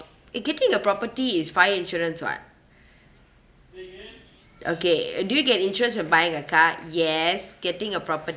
eh getting a property is fire insurance [what] okay uh do you get insurance when buying a car yes getting a property